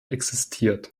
existiert